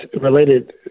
related